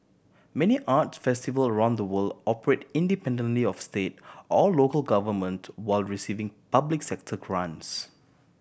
many arts festival around the world operate independently of state or local government while receiving public sector grants